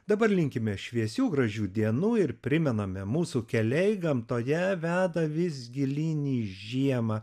dabar linkime šviesių gražių dienų ir primename mūsų keliai gamtoje veda vis gilyn į žiemą